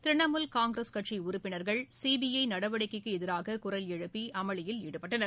திரிணமூல் காங்கிரஸ் கட்சி உறுப்பினா்கள் சிபிஐ நடவடிக்கைக்கு எதிராக குரல் எழுப்பி அமளியில் ஈடுபட்டனர்